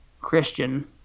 Christian